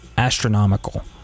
astronomical